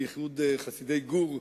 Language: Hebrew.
בייחוד חסידי גור,